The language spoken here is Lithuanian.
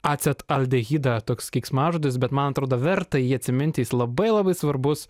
acetaldehidą toks keiksmažodis bet man atrodo verta jį atsimint labai labai svarbus